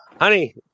Honey